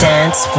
Dance